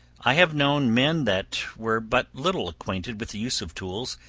i have known men that were but little acquainted with the use of tools,